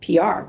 PR